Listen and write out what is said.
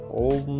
old